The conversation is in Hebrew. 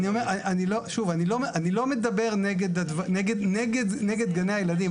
אני לא מדבר נגד גני הילדים.